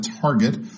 target